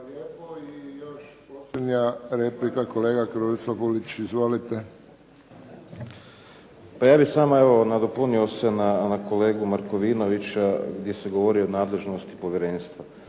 lijepo. I još posljednja replika, kolega Krunoslav Gulić. Izvolite. **Gulić, Krešimir (HDZ)** Pa ja bih samo evo nadopunio se na kolegu Markovinovića gdje govori o nadležnosti povjerenstva.